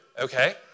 okay